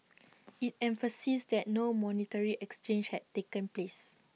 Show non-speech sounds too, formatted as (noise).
(noise) IT emphasised that no monetary exchange had taken place